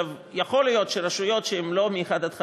יכול להיות שרשויות שהן לא מ-1 עד 5,